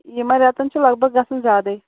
یِمَن ریٚتن چھُ لَگ بَگ گژھان زیادَے